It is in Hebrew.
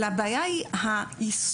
אלא הבעיה היא היישום,